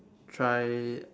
try